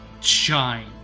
shine